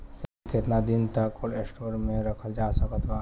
सब्जी केतना दिन तक कोल्ड स्टोर मे रखल जा सकत बा?